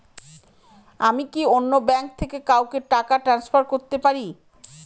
আমি কি অন্য ব্যাঙ্ক থেকে কাউকে টাকা ট্রান্সফার করতে পারি?